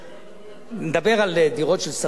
נדבר על דירות של שרים?